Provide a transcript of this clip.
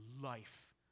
Life